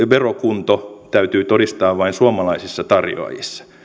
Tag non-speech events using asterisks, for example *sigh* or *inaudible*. *unintelligible* verokunto täytyy todistaa vain suomalaisissa tarjoajissa